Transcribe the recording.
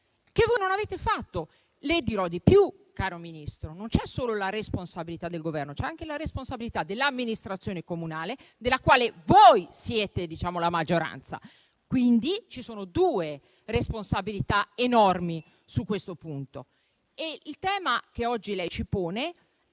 che voi non avete fatto. Le dirò di più, caro Ministro: non c'è solo la responsabilità del Governo, ma c'è anche la responsabilità dell'amministrazione comunale della quale voi siete la maggioranza; quindi ci sono due responsabilità enormi su questo punto. Il tema che lei oggi ci pone è